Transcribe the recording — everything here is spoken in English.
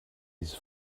his